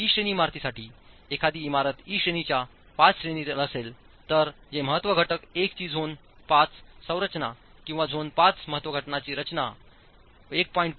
E श्रेणी इमारतीसाठी एखादी इमारत ई श्रेणीच्या पाच श्रेणीतील असेल तर जे महत्त्व घटक 1 ची झोन 5 संरचना किंवा झोन 5 महत्त्व घटकांची रचना 1